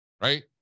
right